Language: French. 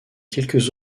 quelques